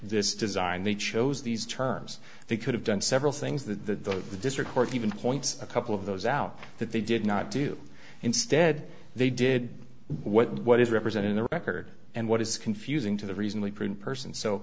this designed they chose these terms they could have done several things that the district court even points a couple of those out that they did not do instead they did what what is represented in the record and what is confusing to the recently print person so